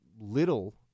Little